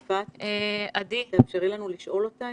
יפעת, תאפשרי לנו לשאול אותה.